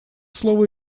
слово